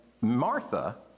Martha